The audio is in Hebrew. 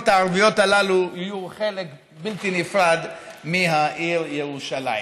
הערביות הללו יהיו חלק בלתי נפרד מהעיר ירושלים?